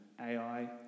Ai